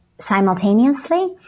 Simultaneously